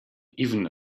even